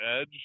edge